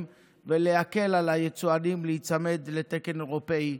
ולהקל על היצואנים להיצמד לתקן אירופי,